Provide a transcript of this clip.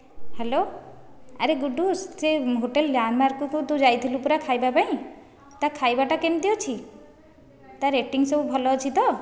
hello ଆରେ ଗୁଡ଼ୁ ସେ ହୋଟେଲ୍ ଲ୍ୟାଣ୍ଡମାର୍କ୍କୁ ତୁ ଯାଇଥିଲୁ ପରା ଖାଇବା ପାଇଁ ତା ଖାଇବାଟା କେମିତି ଅଛି ତା ରେଟିଙ୍ଗ୍ ସବୁ ଭଲ ଅଛି ତ